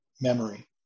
memory